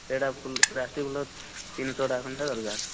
ସେହିଟା ପ୍ଲାଷ୍ଟିକ ଫୁଲ ତିନି ଶହଟା ଖଣ୍ଡେ ଦରକାର